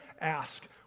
ask